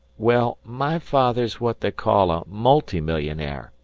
well, my father's what they call a multi-millionaire,